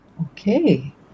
Okay